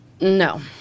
No